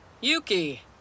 Yuki